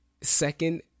Second